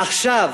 עכשיו,